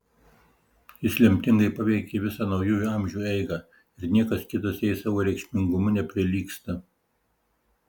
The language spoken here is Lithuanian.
jis lemtingai paveikė visą naujųjų amžių eigą ir niekas kitas jai savo reikšmingumu neprilygsta